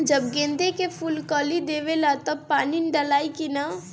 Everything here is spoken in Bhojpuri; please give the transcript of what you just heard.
जब गेंदे के फुल कली देवेला तब पानी डालाई कि न?